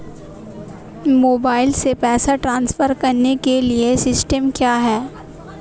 Mobile से पैसे transfer करने के लिए सिस्टम क्या है?